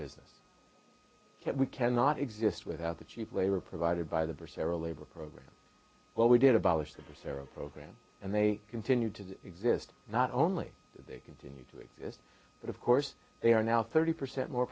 business we cannot exist without the cheap labor provided by the or several labor program but we did a balance to the sarah program and they continued to exist not only did they continue to exist but of course they are now thirty percent more